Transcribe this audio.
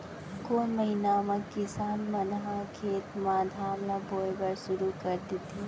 कोन महीना मा किसान मन ह खेत म धान ला बोये बर शुरू कर देथे?